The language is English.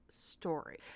story